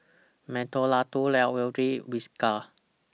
Mentholatum Whiskas